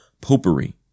popery